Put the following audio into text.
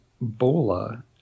bola